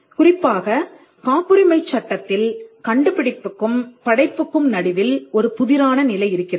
குறிப்பாக காப்புரிமைச் சட்டத்தில் கண்டுபிடிப்புக்கும் படைப்புக்கும் நடுவில் ஒரு புதிரான நிலை இருக்கிறது